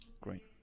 great